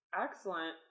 excellent